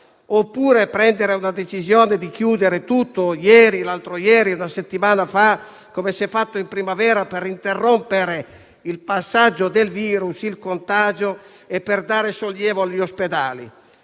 oppure prendere la decisione di chiudere tutto, ieri, l'altro ieri, una settimana fa, come si è fatto in primavera per interrompere il passaggio del virus e il contagio e per dare sollievo agli ospedali?